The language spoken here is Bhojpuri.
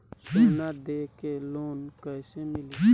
सोना दे के लोन कैसे मिली?